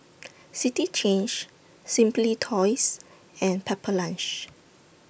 City Change Simply Toys and Pepper Lunch